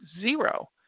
zero